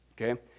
okay